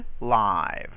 live